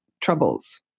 troubles